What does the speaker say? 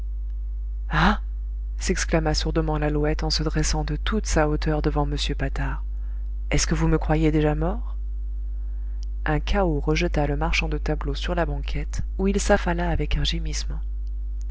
s'exclama sourdement lalouette en se dressant de toute sa hauteur devant m patard est-ce que vous me croyez déjà mort un cahot rejeta le marchand de tableaux sur la banquette où il s'affala avec un gémissement